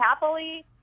happily